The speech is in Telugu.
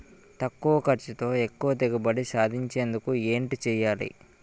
తక్కువ ఖర్చుతో ఎక్కువ దిగుబడి సాధించేందుకు ఏంటి చేయాలి?